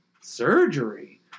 Surgery